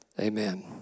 Amen